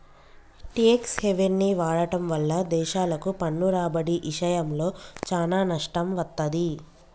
tax హెవెన్ని వాడటం వల్ల దేశాలకు పన్ను రాబడి ఇషయంలో చానా నష్టం వత్తది